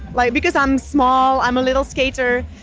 like because i'm small, i'm a little skater,